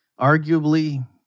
Arguably